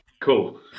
cool